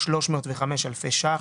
305 אלפי שקלים.